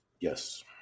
yes